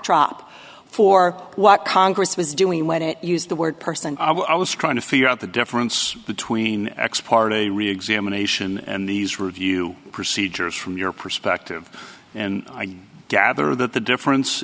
drop for what congress was doing when it used the word person i was trying to figure out the difference between ex parte reexamination and these review procedures from your perspective and i gather that the difference